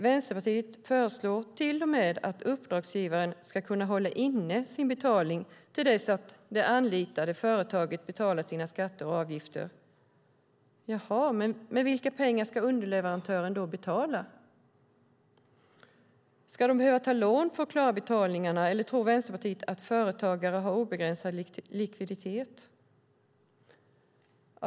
Vänsterpartiet föreslår till och med att uppdragsgivaren ska kunna hålla inne sin betalning till dess att det anlitade företaget betalat sina skatter och avgifter. Med vilka pengar ska underleverantören betala? Ska de behöva ta lån för att klara betalningarna, eller tror Vänsterpartiet att företagare har obegränsad likviditet?